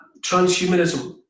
transhumanism